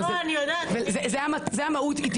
זה המהות.